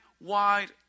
wide